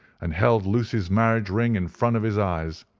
and held lucy's marriage ring in front of his eyes.